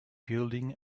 building